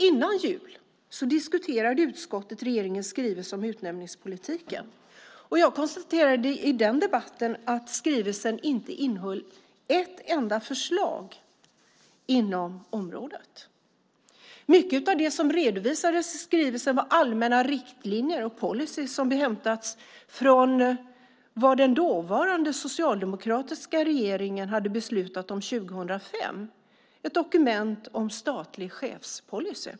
Före jul diskuterade utskottet regeringens skrivelse om utnämningspolitiken, och jag konstaterade i den debatten att skrivelsen inte innehöll ett enda förslag på området. Mycket av det som redovisades i skrivelsen var allmänna riktlinjer och policyer som hämtats från vad den dåvarande socialdemokratiska regeringen hade beslutat om 2005, ett dokument om statlig chefspolicy.